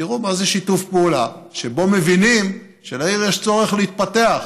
תראו מה זה שיתוף פעולה שבו מבינים שלעיר יש צורך להתפתח.